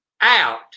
out